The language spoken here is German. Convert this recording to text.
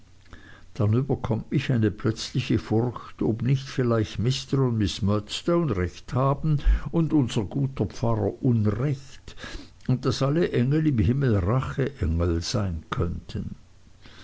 dann überkommt mich eine plötzliche furcht ob nicht vielleicht mr und miß murdstone recht haben und unser guter pfarrer unrecht und daß alle engel im himmel racheengel sein könnten